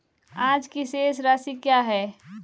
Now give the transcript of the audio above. आज की शेष राशि क्या है?